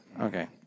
Okay